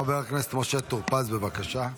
חבר הכנסת משה טור פז, בבקשה.